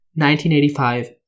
1985